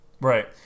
Right